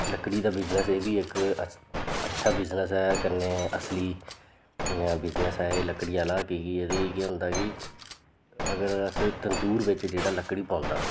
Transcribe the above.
लक्कड़ी दा बिज़नस एह् बी इक अछ अच्छा बिज़नस ऐ कन्नै असली बिज़नस ऐ एह् लक्कड़ी आह्ला एह्दे च केह् होंदा कि अगर अस तंदूर बिच्च जेह्डा लक्कड़ी पांदा